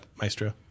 maestro